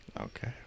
Okay